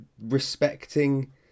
respecting